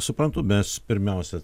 suprantu mes pirmiausia